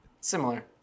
Similar